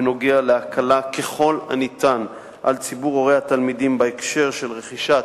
בנוגע להקלה ככל הניתן על ציבור הורי התלמידים בהקשר של רכישת